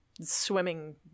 swimming